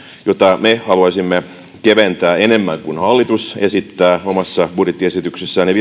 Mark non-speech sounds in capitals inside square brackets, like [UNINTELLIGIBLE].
jota me haluaisimme keventää enemmän kuin hallitus esittää omassa budjettiesityksessään ja [UNINTELLIGIBLE]